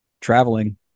traveling